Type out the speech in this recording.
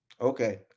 Okay